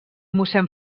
mossèn